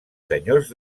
senyors